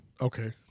Okay